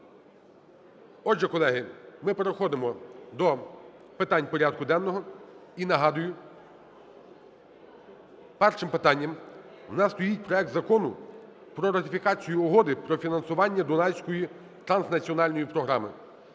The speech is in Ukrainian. Отже, колеги, ми переходимо до питань порядку денного. І нагадую, першим питанням у нас стоїть проект Закону про ратифікацію Угоди про фінансування Дунайської транснаціональної програми.